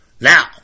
Now